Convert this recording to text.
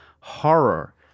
horror